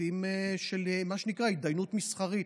פרטים שהם מה שנקרא הידיינות מסחרית,